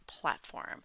platform